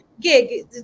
gig